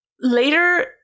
later